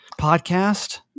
podcast